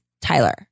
Tyler